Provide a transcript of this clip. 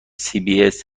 cbs